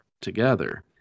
together